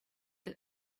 that